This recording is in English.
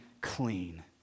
clean